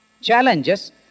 challenges